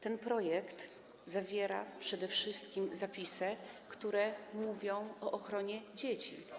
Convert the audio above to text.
Ten projekt zawiera przede wszystkim zapisy, które mówią o ochronie dzieci.